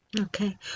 Okay